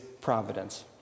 providence